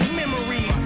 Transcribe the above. memory